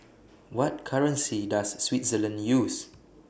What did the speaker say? What currency Does Switzerland use